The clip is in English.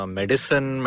medicine